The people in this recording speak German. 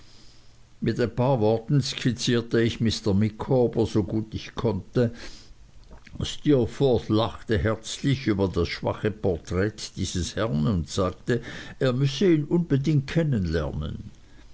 mit ein paar worten skizzierte ich mr micawber so gut ich konnte steerforth lachte herzlich über das schwache porträt dieses herrn und sagte er müsse ihn unbedingt